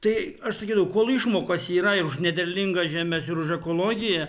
tai aš sakydavau kol išmokos yra ir už nederlingas žemes ir už ekologiją